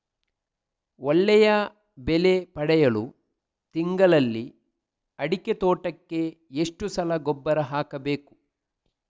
ಒಳ್ಳೆಯ ಬೆಲೆ ಪಡೆಯಲು ತಿಂಗಳಲ್ಲಿ ಅಡಿಕೆ ತೋಟಕ್ಕೆ ಎಷ್ಟು ಸಲ ಗೊಬ್ಬರ ಹಾಕಬೇಕು?